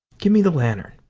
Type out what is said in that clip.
give me the lantern.